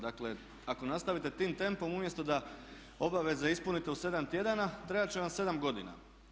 Dakle, ako nastavite tim tempom umjesto da obaveze ispunite u 7 tjedana trebat će vam 7 godina.